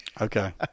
okay